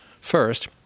first